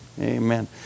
Amen